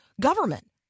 government